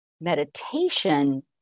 meditation